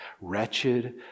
Wretched